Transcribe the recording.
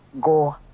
go